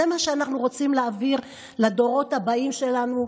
זה מה שאנחנו רוצים להעביר לדורות הבאים שלנו,